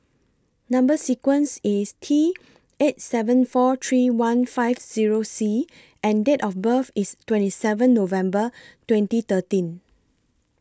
Number sequence IS T eight seven four three one five Zero C and Date of birth IS twenty seven November twenty thirteen